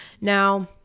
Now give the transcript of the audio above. Now